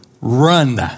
Run